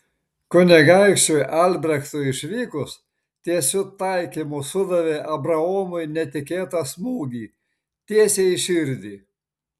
kunigaikščiui albrechtui išvykus tiesiu taikymu sudavė abraomui netikėtą smūgį tiesiai į širdį